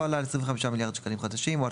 לא עלה על 25 מיליארד שקלים חדשים או על